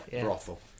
brothel